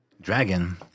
Dragon